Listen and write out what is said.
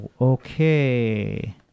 Okay